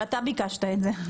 יובל, אתה ביקשת את זה.